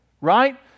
Right